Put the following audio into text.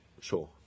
sure